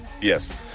yes